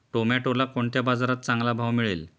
टोमॅटोला कोणत्या बाजारात चांगला भाव मिळेल?